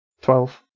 Twelve